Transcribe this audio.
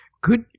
Good